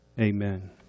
Amen